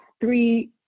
three